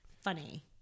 funny